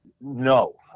No